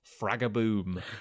Fragaboom